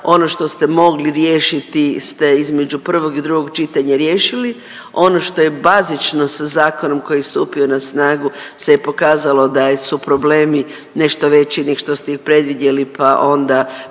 ono što ste mogli riješiti ste između prvog i drugog čitanja riješili. Ono što je bazično sa zakonom koji je stupio na snagu se je pokazalo da su problemi nešto veći nego što ste ih predvidjeli, pa onda